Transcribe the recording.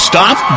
Stop